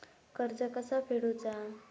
कर्ज कसा फेडुचा?